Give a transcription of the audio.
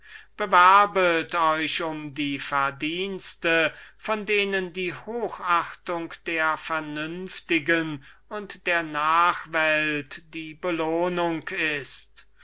bewerbet euch um die verdienste von denen die hochachtung der vernünftigen und der nachwelt die belohnung ist